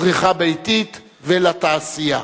לצריכה ביתית ולתעשייה.